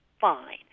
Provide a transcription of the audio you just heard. fine